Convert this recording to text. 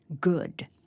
good